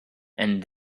and